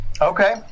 Okay